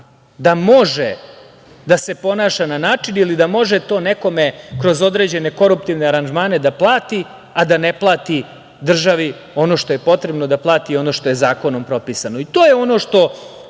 da može da se ponaša na način ili da može to nekome kroz određene koruptivne aranžmane da plati, a da ne plati državi ono što je potrebno da plati i ono što je zakonom propisano. To je ono što